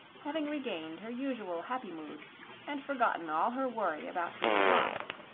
having regained her usual happy mood and forgotten all her worry about being lost.